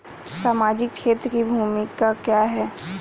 सामाजिक क्षेत्र की भूमिका क्या है?